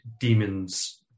demons